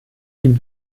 ihm